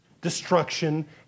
destruction